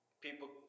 People